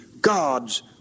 God's